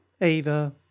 Ava